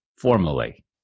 formally